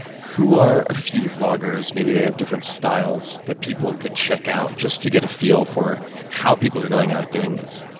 who are a few vloggers maybe they have different styles that people could check out just to get a feel for how people are going about doing this?